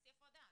תעשי הפרדה.